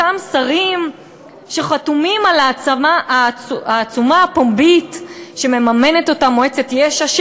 אותם שרים שחתומים על העצומה הפומבית שמממנת אותה מועצת יש"ע,